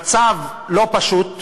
המצב לא פשוט.